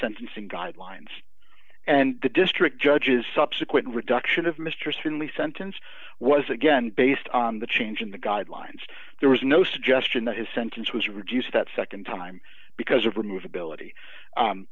sentencing guidelines and the district judges subsequent reduction of mr certainly sentence was again based on the change in the guidelines there was no suggestion that his sentence was reduced that nd time because of remove ability